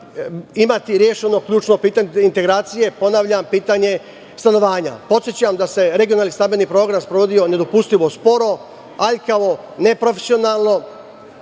imati rešeno ključno pitanje, integracije, ponavljam pitanje stanovanja. Podsećam da se regionalni stambeni program sprovodio nedopustivo sporo, aljkavo, neprofesionalno